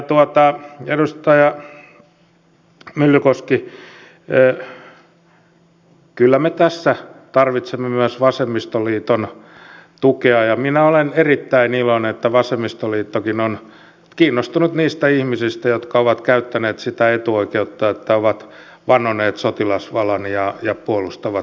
edustaja myllykoski kyllä me tässä tarvitsemme myös vasemmistoliiton tukea ja minä olen erittäin iloinen että vasemmistoliittokin on kiinnostunut niistä ihmisistä jotka ovat käyttäneet sitä etuoikeutta että ovat vannoneet sotilasvalan ja puolustavat suomea